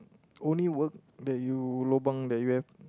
only work that you lobang that you have